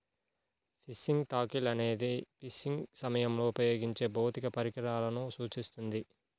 fishing tackle అనేది fishing సమయంలో ఉపయోగించే భౌతిక పరికరాలను సూచిస్తుంది